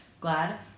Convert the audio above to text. Glad